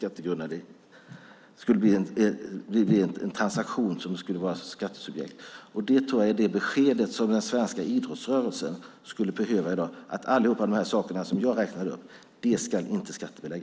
Att ingen av de saker jag räknade upp ska skattebeläggas tror jag är det besked som den svenska idrottsrörelsen skulle behöva i dag.